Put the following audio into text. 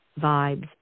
vibes